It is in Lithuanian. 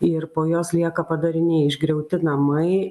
ir po jos lieka padariniai išgriauti namai